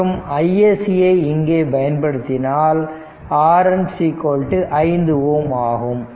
மற்றும் iSC ஐ இங்கே பயன்படுத்தினால் RN 5 Ω ஆகும்